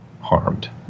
harmed